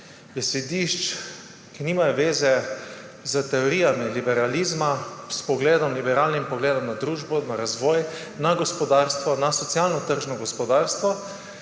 besedišč, ki nimajo veze s teorijami liberalizma, z liberalnim pogledom na družbo, na razvoj, na gospodarstvo, na socialno tržno gospodarstvo.